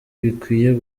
bikwiye